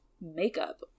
makeup